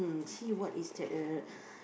mm see what is that uh